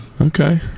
Okay